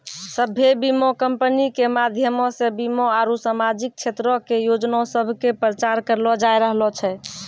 सभ्भे बीमा कंपनी के माध्यमो से बीमा आरु समाजिक क्षेत्रो के योजना सभ के प्रचार करलो जाय रहलो छै